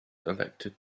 elected